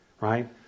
right